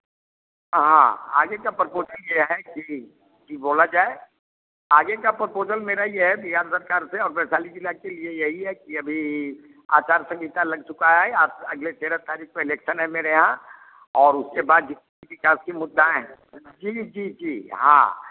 हाँ हाँ आगे का प्रपोज़ल ये है कि कि बोला जाए आगे का प्रपोज़ल मेरा ये है कि बिहार सरकार से और वैशाली जिला के लिए यही है कि अभी आचार संहिता लग चुका है आप अगले तेरह तारीख को इलेक्शन है मेरे यहाँ और उसके बाद जितने भी विकास के मुद्दा हैं जी जी जी हाँ